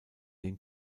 den